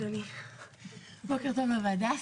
בוקר טוב לוועדה,